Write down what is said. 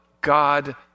God